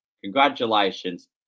Congratulations